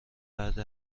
بعد